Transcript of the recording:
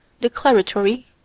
declaratory